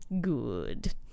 good